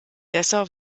dessau